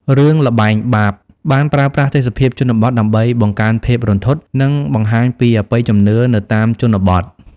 រឿង ល្បែងបាប បានប្រើប្រាស់ទេសភាពជនបទដើម្បីបង្កើនភាពរន្ធត់ និងបង្ហាញពីអបិយជំនឿនៅតាមជនបទ។